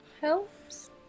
helps